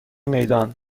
میدان